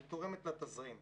ותורמת לתזרים,